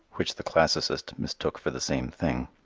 which the classicist mistook for the same thing.